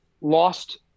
lost